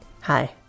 Hi